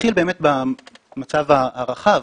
נתחיל במצב הרחב,